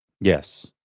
Yes